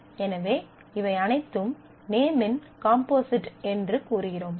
எனவே இவை அனைத்தும் நேமின் காம்போசிட் என்று கூறுகிறோம்